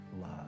love